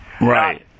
Right